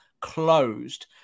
closed